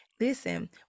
Listen